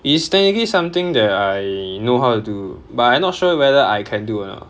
it is technically something that I know how to do but I not sure whether I can do or not